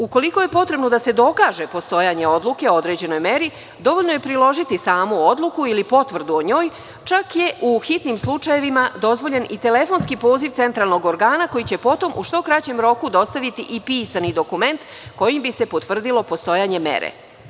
Ukoliko je potrebno da se dokaže postojanje odluke o određenoj meri dovoljno je priložiti samu odluku ili potvrdu o njoj čak je u hitnim slučajevima dozvoljen i telefonski poziv centralnog organa koji će potom u što kraćem roku dostaviti i pisani dokument kojim bi se potvrdilo postojanje mere.